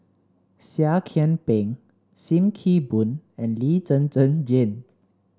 Seah Kian Peng Sim Kee Boon and Lee Zhen Zhen Jane